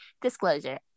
Disclosure